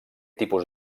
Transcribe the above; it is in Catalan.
tipus